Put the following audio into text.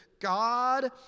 God